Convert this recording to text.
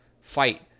fight